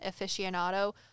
aficionado